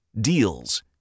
Deals